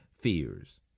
fears